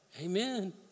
Amen